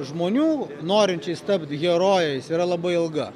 žmonių norinčiais tapt herojais yra labai ilga